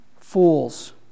fools